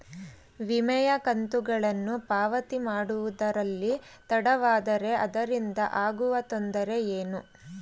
ವಿಮೆಯ ಕಂತುಗಳನ್ನು ಪಾವತಿ ಮಾಡುವುದರಲ್ಲಿ ತಡವಾದರೆ ಅದರಿಂದ ಆಗುವ ತೊಂದರೆ ಏನು?